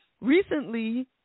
recently